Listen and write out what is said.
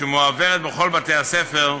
שמועברת בכל בתי-הספר,